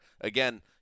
again